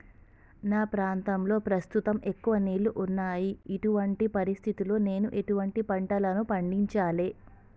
మా ప్రాంతంలో ప్రస్తుతం ఎక్కువ నీళ్లు ఉన్నాయి, ఇటువంటి పరిస్థితిలో నేను ఎటువంటి పంటలను పండించాలే?